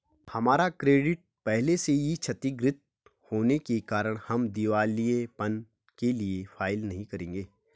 हमारा क्रेडिट पहले से ही क्षतिगृत होने के कारण हम दिवालियेपन के लिए फाइल नहीं करेंगे